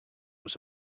was